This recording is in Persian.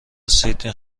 سیدنی